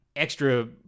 Extra